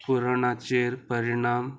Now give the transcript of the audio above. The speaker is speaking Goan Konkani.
कोरोनाचेर परिणाम